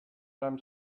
them